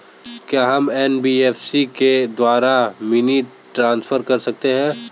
क्या हम एन.बी.एफ.सी के द्वारा मनी ट्रांसफर कर सकते हैं?